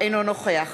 אינו נוכח